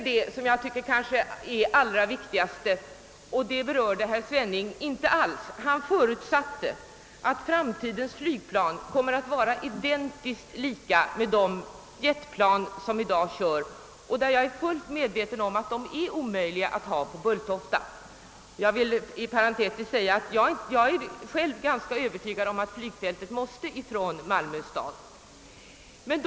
Det kanske allra viktigaste berördes inte alls av herr Svenning. Han förutsatte att framtidens flygplan kommer att vara identiskt lika med dagens jetplan, vilka — det är jag fullt medveten om — är omöjliga att använda på Bulltofta. Parentetiskt vill jag säga att jag själv är ganska övertygad om att flygfältet måste bort från Malmö stad.